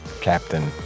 captain